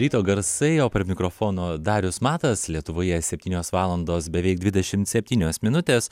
ryto garsai o prie mikrofono darius matas lietuvoje septynios valandos beveik dvidešimt septynios minutės